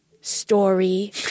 story